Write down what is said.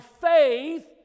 faith